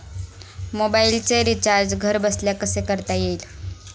मोबाइलचे रिचार्ज घरबसल्या कसे करता येईल?